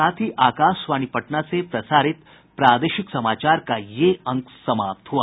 इसके साथ ही आकाशवाणी पटना से प्रसारित प्रादेशिक समाचार का ये अंक समाप्त हुआ